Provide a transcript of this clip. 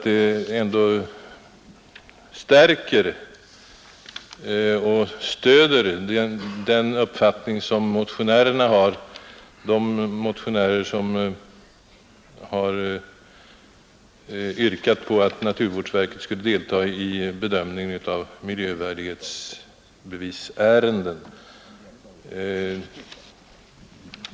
Det stärker och stöder den uppfattning som de motionärer har som yrkar att naturvårdsverket skall delta i utformningen av föreskrifter om miljövärdighetskrav.